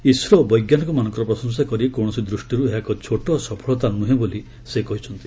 ISRO ବୈଜ୍ଞାନିକମାନଙ୍କର ପ୍ରଶଂସା କରି କୌଣସି ଦୃଷ୍ଟିରୁ ଏହା ଏକ ଛୋଟ ସଫଳତା ନୁହେଁ ବୋଲି ସେ କହିଛନ୍ତି